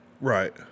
right